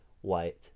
white